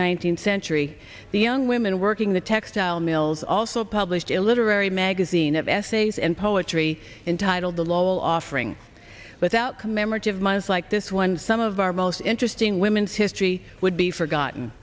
hundred century the young women working the textile mills also published illiterati magazine of essays and poetry entitled the law offering without commemorative miles like this one some of our most interesting women's history would be forgotten